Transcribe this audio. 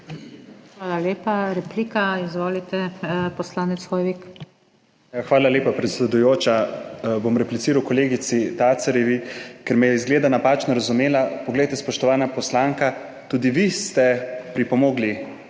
Hvala lepa. Replika, izvolite poslanec Hoivik. ANDREJ HOIVIK (PS SDS): Hvala lepa, predsedujoča. Bom repliciral kolegici Tacerjevi, ker me je, izgleda, napačno razumela. Poglejte, spoštovana poslanka, tudi vi ste pripomogli